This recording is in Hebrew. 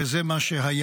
וזה מה שהיה.